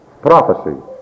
prophecy